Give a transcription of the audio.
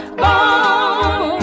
born